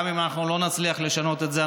גם אם אנחנו לא נצליח לשנות את זה,